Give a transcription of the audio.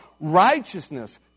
righteousness